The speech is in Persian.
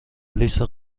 لیست